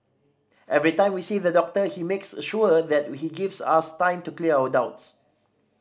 every time we see the doctor he makes sure that he gives us time to clear our doubts